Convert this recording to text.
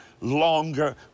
longer